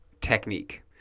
technique